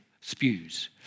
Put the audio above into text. spews